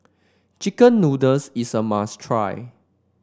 chicken noodles is a must try